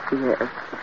Yes